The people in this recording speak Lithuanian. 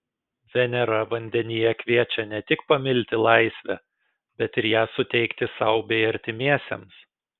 venera vandenyje kviečia ne tik pamilti laisvę bet ir ją suteikti sau bei artimiesiems